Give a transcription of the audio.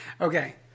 Okay